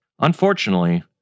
Unfortunately